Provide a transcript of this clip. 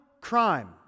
crime